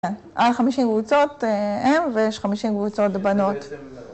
כן. חמישים קבוצות הם, ‫ויש חמישים קבוצות בנות.